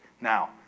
Now